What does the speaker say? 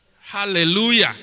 Hallelujah